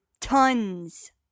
tons